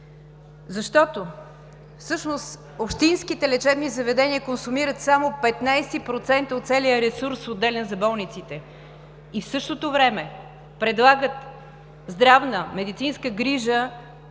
всъщност общинските лечебни заведения консумират само 15% от целия ресурс, отделян за болниците, и в същото време предлагат здравна медицинска грижа